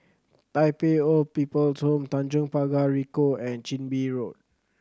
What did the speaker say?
Tai Pei Old People's Home Tanjong Pagar Ricoh and Chin Bee Road